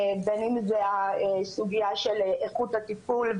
בין אם זאת הסוגיה של איכות הטיפול,